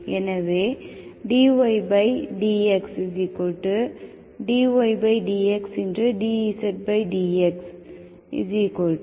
எனவே dydxdydx